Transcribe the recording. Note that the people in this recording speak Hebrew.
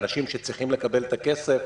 אנשים שצריכים לקבל את הכסף,